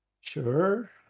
Sure